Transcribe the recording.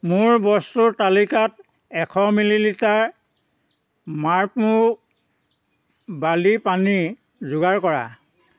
মোৰ বস্তুৰ তালিকাত এশ মিলি লিটাৰ মাৰ্ক ম' বাৰ্লি পানী যোগাৰ কৰা